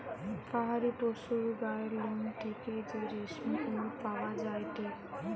পাহাড়ি পশুর গায়ের লোম থেকে যে রেশমি উল পাওয়া যায়টে